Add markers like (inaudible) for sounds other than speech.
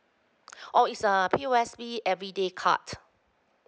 (breath) oh it's a P_O_S_B everyday card